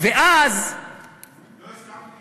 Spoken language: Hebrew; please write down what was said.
לא הסכמתי